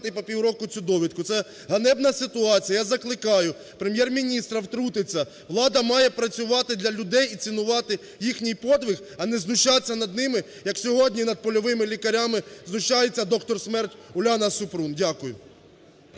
по півроку цю довідку. Це ганебна ситуація. Я закликаю Прем’єр-міністра втрутитися. Влада має працювати для людей і цінувати їхній подвиг, а не знущатися над ними, як сьогодні над польовими лікарями знущається "Доктор смерть" Уляна Супрун. Дякую.